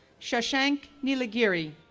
shashank neelagiri,